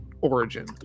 origin